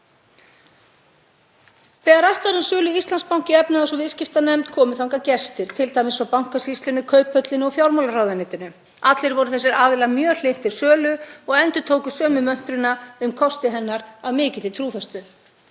Þegar rætt var um sölu Íslandsbanka í efnahags- og viðskiptanefnd komu þangað gestir, t.d. frá Bankasýslunni, Kauphöllinni og fjármálaráðuneytinu. Allir voru þessir aðilar mjög hlynntir sölu og endurtóku sömu möntruna um kosti hennar af mikilli trúfestu.